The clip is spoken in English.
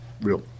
real